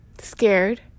scared